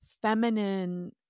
feminine